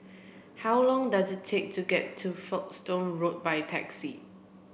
how long does it take to get to Folkestone Road by taxi